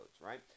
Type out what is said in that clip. right